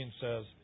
says